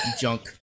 junk